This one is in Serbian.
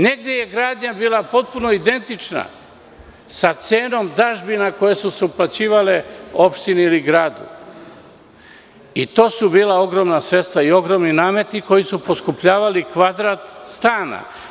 Negde je gradnja bila potpuno identična sa cenom dažbina koje su se uplaćivale opštini ili gradu i to su bila ogromna sredstva i ogromni nameti koji su poskupljavali kvadrat stana.